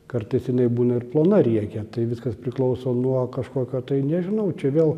kartais jinai būna ir plona riekė tai viskas priklauso nuo kažkokio tai nežinau čia vėl